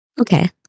okay